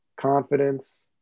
confidence